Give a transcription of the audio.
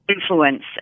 influence